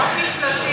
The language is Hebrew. אתה צריך עוד 30 דקות.